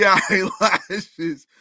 eyelashes